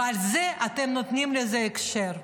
ולזה אתם נותנים לזה הכשר.